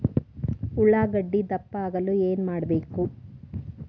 ಉಳ್ಳಾಗಡ್ಡೆ ದಪ್ಪ ಆಗಲು ಏನು ಹೊಡಿಬೇಕು?